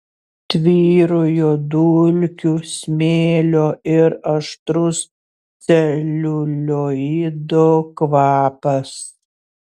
tvyrojo dulkių smėlio ir aštrus celiulioido kvapas